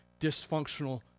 dysfunctional